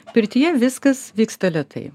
pirtyje viskas vyksta lėtai